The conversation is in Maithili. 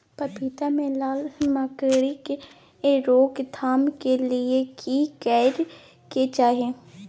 पपीता मे लाल मकरी के रोक थाम के लिये की करै के चाही?